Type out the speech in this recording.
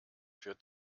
für